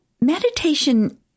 meditation